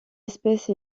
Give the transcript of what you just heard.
espèce